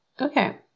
Okay